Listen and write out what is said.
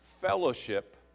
fellowship